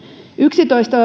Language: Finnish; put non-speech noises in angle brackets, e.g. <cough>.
yksitoista <unintelligible>